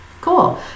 cool